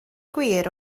gwir